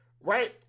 right